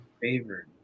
Favorite